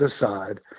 aside